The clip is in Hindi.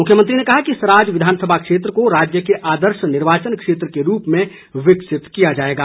मुख्यमंत्री ने कहा कि सराज विधानसभा क्षेत्र को राज्य के आदर्श निर्वाचन क्षेत्र के रूप में विकसित किया जाएगा